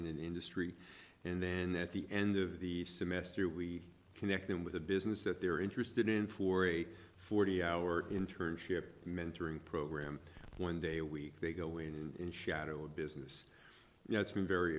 in an industry and then at the end of the semester we connect them with a business that they're interested in for a forty hour internship mentoring program one day a week they go and in shadow a business you know it's been very